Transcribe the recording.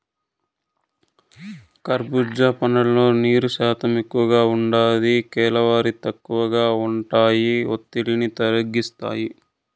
కర్భూజా పండ్లల్లో నీరు శాతం ఎక్కువగా ఉంటాది, కేలరీలు తక్కువగా ఉంటాయి, ఒత్తిడిని తగ్గిస్తాయి